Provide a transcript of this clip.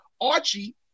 archie